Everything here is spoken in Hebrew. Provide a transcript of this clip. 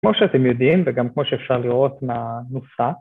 כמו שאתם יודעים, וגם כמו שאפשר לראות מה...נוסחה,